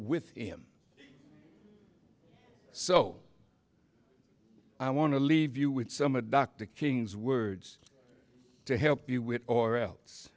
with him so i want to leave you with some of dr king's words to help you with or else